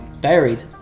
buried